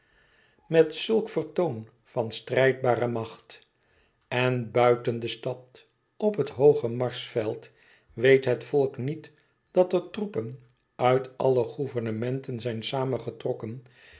met zulk vertoon van strijdbare macht en buiten de stad op het hooge marsveld weet het volk niet dat er troepen uit alle gouvernementen zijn